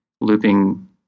looping